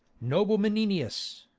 noble menenius,